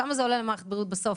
כמה זה עולה למערכת הבריאות בסוף?